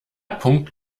punkt